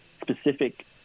specific